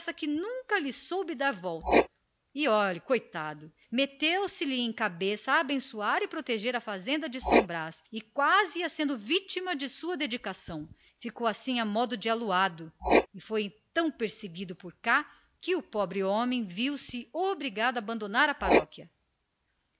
nunca lhe soube dar volta e olhe coitado meteu se lhe em cabeça abençoar e proteger são brás e quase ia sendo vítima da sua dedicação até ficou assim a modo de aluado e foi tão perseguido por cá que o pobre homem viu-se obrigado a abandonar a paróquia